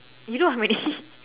you do how many